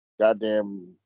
goddamn